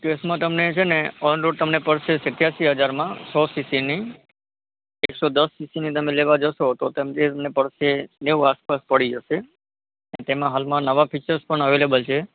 કૅશમાં તમને છે ને ઑન રોડ તમને પડશે સિત્યાશી હજારમાં સો સીસીની એકસો દસ સીસીની તમે લેવા જશો તો તે તમને પડશે નેવું આસપાસ પડી જશે તેમાં હાલમાં નવા ફીચર્સ પણ અવેલેબલ છે